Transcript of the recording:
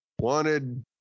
wanted